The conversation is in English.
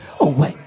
away